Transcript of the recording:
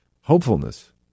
hopefulness